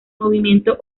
movimiento